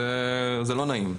זה לא נעים.